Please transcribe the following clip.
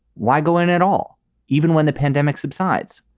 why go in at all even when the pandemic subsides?